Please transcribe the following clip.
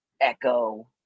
Echo